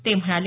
ते म्हणाले